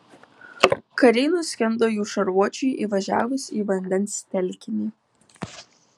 kariai nuskendo jų šarvuočiui įvažiavus į vandens telkinį